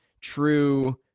true